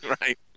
Right